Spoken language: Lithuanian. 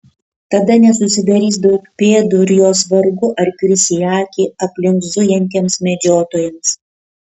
tada nesusidarys daug pėdų ir jos vargu ar kris į akį aplink zujantiems medžiotojams